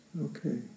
Okay